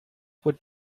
would